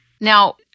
Now